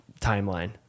timeline